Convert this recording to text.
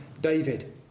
David